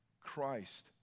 Christ